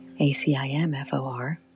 ACIMFOR